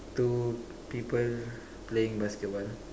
two people playing basketball lah